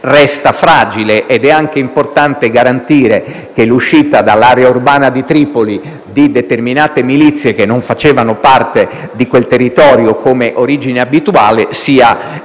resta fragile ed è anche importante garantire che l'uscita dall'area urbana di Tripoli di determinate milizie, che non facevano parte di quel territorio come origine abituale, sia e diventi